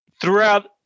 throughout